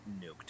nuked